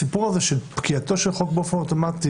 הסיפור הזה של פקיעתו של חוק באופן אוטומטי